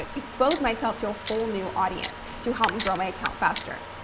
ah expose myself to a whole new audience to help me grow my account faster.